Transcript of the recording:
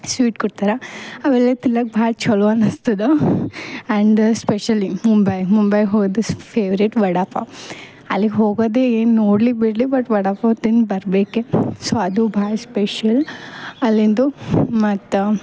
sweet ಕೊಡ್ತಾರೆ ಅವೆಲ್ಲ ತಿನ್ಲಕ್ಕೆ ಭಾಳ ಚಲೋ ಅನ್ನಿಸ್ತದ ಆ್ಯಂಡ್ ಸ್ಪೆಶಲಿ ಮುಂಬಾಯ್ ಮುಂಬಾಯ್ ಹೋದಷ್ಟು ಫೇವ್ರೇಟ್ ವಡಪಾವ್ ಅಲ್ಲಿಗೆ ಹೋಗದೆ ಏನು ನೋಡಲಿ ಬಿಡಲಿ ಬಟ್ ವಡಪಾವ್ ತಿನ್ಬರ್ಬೇಕಿತ್ತು ಸೊ ಅದು ಭಾಳ ಸ್ಪೆಷಲ್ ಅಲ್ಲಿಂದು ಮತ್ತು